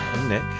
nick